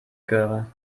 göre